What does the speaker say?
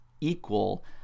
equal